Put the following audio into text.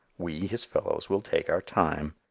we, his fellows, will take our time.